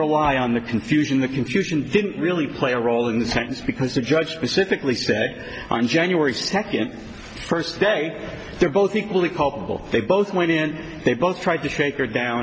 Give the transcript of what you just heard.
rely on the confusion the confusion didn't really play a role in the sentence because the judge specifically said i'm january first day they're both equally culpable they both went in and they both tried to shake her down